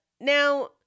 Now